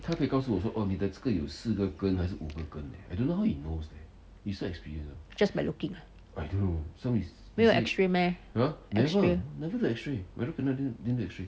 just by looking ah 没有 x-ray meh x-ray